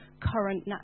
current